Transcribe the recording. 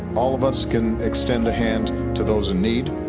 all of us can extend the hand to those in need.